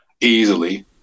easily